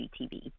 GTV